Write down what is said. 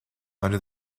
under